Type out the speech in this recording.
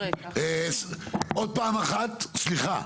סליחה.